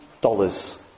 dollars